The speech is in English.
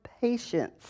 patience